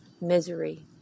misery